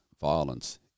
violence